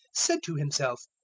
said to himself,